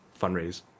fundraise